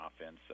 offense